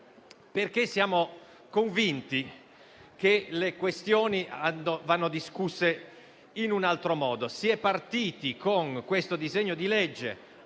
perché siamo convinti che le questioni vadano discusse in altro modo. Si è partiti con questo disegno di legge